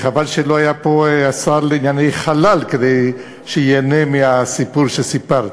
חבל שלא היה פה השר לענייני חלל כדי שייהנה מהסיפור שסיפרת.